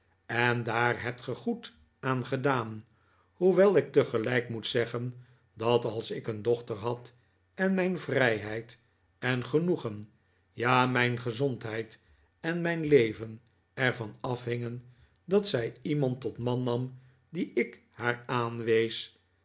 en daar hebt ge goed aan gedaan hoewel ik tegelijk moet zeggen dat als ik een dochter had en mijn vrijheid en genoegen ja mijn gezondheid en mijn leven er van afhingen dat zij iemand tot man nam dien ik haar aanwees